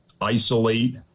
isolate